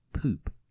poop